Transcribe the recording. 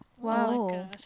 wow